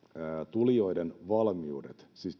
tulijoiden valmiudet siis